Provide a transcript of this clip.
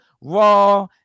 raw